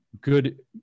good